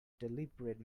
deliberate